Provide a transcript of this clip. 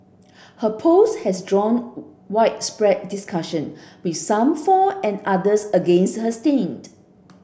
her post has drawn widespread discussion with some for and others against her stent